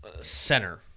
center